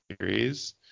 series